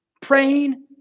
praying